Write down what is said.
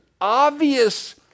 obvious